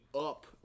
up